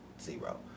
zero